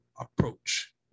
approach